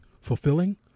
fulfilling